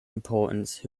importance